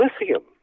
lithium